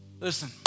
Listen